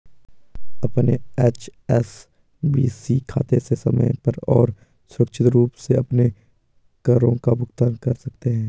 अपने एच.एस.बी.सी खाते से समय पर और सुरक्षित रूप से अपने करों का भुगतान कर सकते हैं